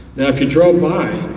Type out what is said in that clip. now if you drive by,